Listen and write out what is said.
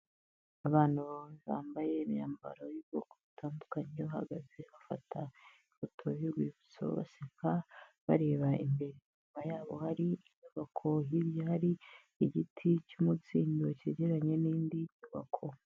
Abantu bambaye imyambaro y'ubwoko butandukanye bahagaze bafata ifoto y'urwibutso baseka bareba imbere inyuma hari inyubako hirya hari igiti cy'umutsindo cyegeranye n'indi nyubako.